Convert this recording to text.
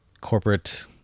corporate